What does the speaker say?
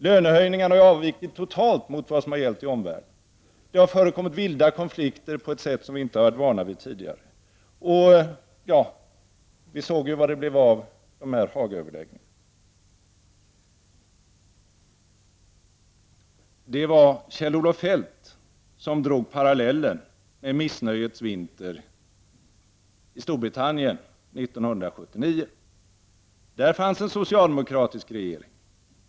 Lönehöjningarna har avvikit totalt från lönehöjningarna i omvärlden. Det har förekommit vilda konflikter t som vi tidigare inte varit vana vid. Vi såg ju vad det blev av Haga Det var Kjell-Olof Feldt som drog parallellen med missnöjets vinter i Storbritannien 1979. Där fanns en socialdemokratisk regering.